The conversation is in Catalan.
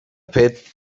fet